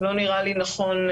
לא נראה לי נכון,